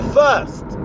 first